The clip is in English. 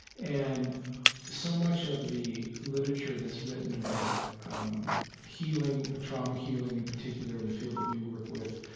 and so much of the literature that's written about um healing, ah trauma healing in particular in the field that we work with,